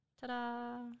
Ta-da